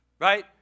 right